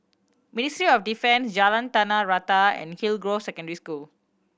Ministry of Defence Jalan Tanah Rata and Hillgrove Secondary School